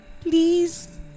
Please